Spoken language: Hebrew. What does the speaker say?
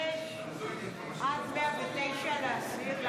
105 109 להסיר.